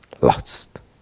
lost